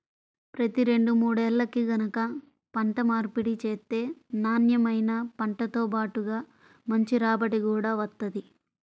ప్రతి రెండు మూడేల్లకి గనక పంట మార్పిడి చేత్తే నాన్నెమైన పంటతో బాటుగా మంచి రాబడి గూడా వత్తది